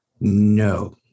No